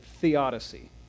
theodicy